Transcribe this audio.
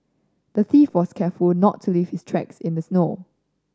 the thief was careful not to leave his tracks in the snow